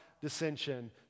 Dissension